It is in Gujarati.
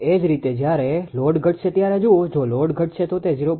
એ જ રીતે જ્યારે લોડ ઘટશે ત્યારે જુઓ જો લોડ ઘટશે તો તે 0